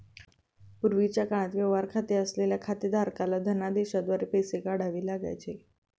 पूर्वीच्या काळात व्यवहार खाते असलेल्या खातेधारकाला धनदेशाद्वारे पैसे काढावे लागायचे